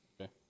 Okay